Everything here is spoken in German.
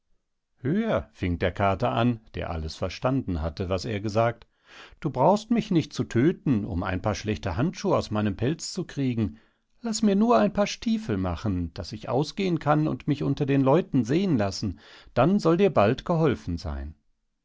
hör fing der kater an der alles verstanden hatte was er gesagt du brauchst mich nicht zu tödten um ein paar schlechte handschuh aus meinem pelz zu kriegen laß mir nur ein paar stiefel machen daß ich ausgehen kann und mich unter den leuten sehen lassen dann soll dir bald geholfen seyn